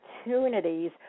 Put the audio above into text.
Opportunities